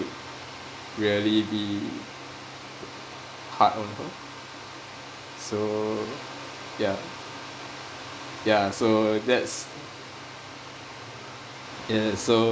really be hard on her so ya ya so that's yeah so